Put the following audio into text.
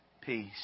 peace